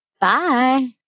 Bye